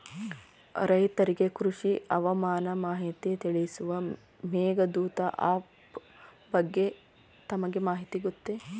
ರೈತರಿಗೆ ಕೃಷಿ ಹವಾಮಾನ ಮಾಹಿತಿ ತಿಳಿಸುವ ಮೇಘದೂತ ಆಪ್ ಬಗ್ಗೆ ತಮಗೆ ಮಾಹಿತಿ ಗೊತ್ತೇ?